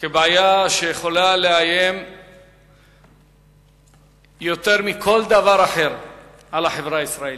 כבעיה שיכולה לאיים יותר מכל דבר אחר על החברה הישראלית.